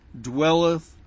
dwelleth